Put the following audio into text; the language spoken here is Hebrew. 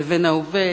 לבין העובד,